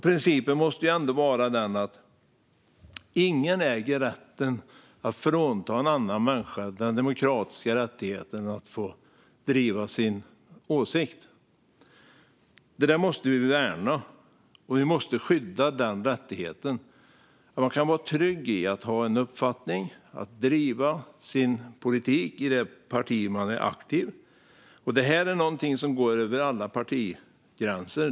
Principen måste ändå vara att ingen äger rätten att frånta en annan människa den demokratiska rättigheten att driva sin åsikt. Det måste vi värna. Vi måste skydda den rättigheten, så att man kan vara trygg i att ha en uppfattning och att driva sin politik i det parti man är aktiv i. Det här är något som går över alla partigränser.